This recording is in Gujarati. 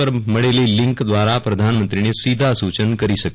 પર મળેલી લીન્ક દ્વારા પ્રધાનમંત્રીને સીધાં સૂચન કરી શકે